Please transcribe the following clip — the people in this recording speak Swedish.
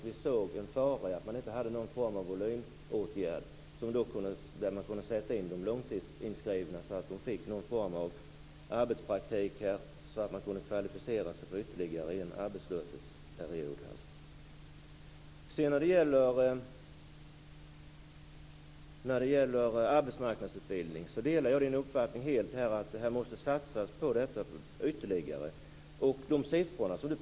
Vi såg en fara i att det inte fanns någon form av volymåtgärd för de långtidsinskrivna, så att de kunde få någon form av arbetspraktik så att de kunde kvalificera sig för ytterligare en arbetslöshetsperiod. Jag delar helt Hans Anderssons uppfattning att det måste satsas ytterligare på arbetsmarknadsutbildning.